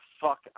fuck